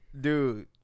dude